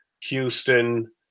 Houston